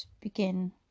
begin